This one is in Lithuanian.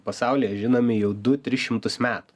pasaulyje žinomi jau du tris šimtus metų